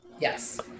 Yes